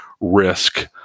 risk